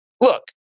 look